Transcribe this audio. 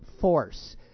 force